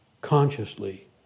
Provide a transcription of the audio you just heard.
consciously